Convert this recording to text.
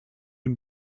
den